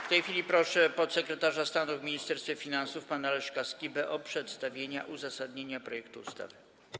W tej chwili proszę podsekretarza stanu w Ministerstwie Finansów pana Leszka Skibę o przedstawienie uzasadnienia projektu ustawy.